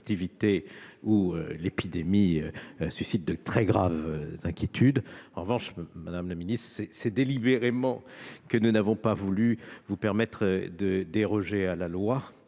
où l'épidémie suscite de très graves inquiétudes. En revanche, madame la ministre, c'est délibérément que nous n'avons pas voulu vous permettre de déroger à la loi